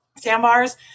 sandbars